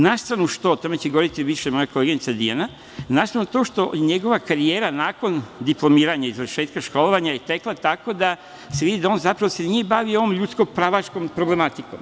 Na stranu što, o tome će govoriti više moja koleginica Dijana, na stranu to što je njegova karijera nakon diplomiranja i završetka školovanja tekla tako da se vidi da se on zapravo nije bavio ljudskom pravnom problematikom.